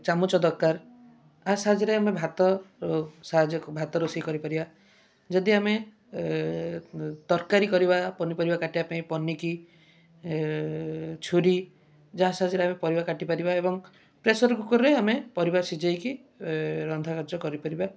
ଚାମଚ ଦରକାର ତା ସାହାଯ୍ୟରେ ଆମେ ଭାତ ଉ ସାହାଯ୍ୟକୁ ଭାତ ରୋଷେଇ କରିପାରିବା ଯଦି ଆମେ ତରକାରୀ କରିବା ପନିପରିବା କାଟିବା ପାଇଁ ପନିକି ଛୁରୀ ଯାହା ସାହାଯ୍ୟରେ ଆମେ ପରିବା କାଟି ପାରିବା ଏବଂ ପ୍ରେସର୍ କୁକର୍ରେ ଆମେ ପରିବା ସିଜେଇକି ଏ ରନ୍ଧାକାର୍ଯ୍ୟ କରିପାରିବା